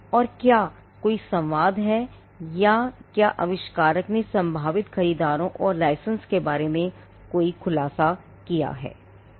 और क्या कोई संवाद है या क्या आविष्कारक ने संभावित खरीदारों और लाइसेंस के बारे में कोई खुलासा किया है